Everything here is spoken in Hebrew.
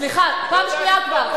סליחה, פעם שנייה כבר.